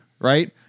right